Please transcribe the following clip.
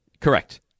Correct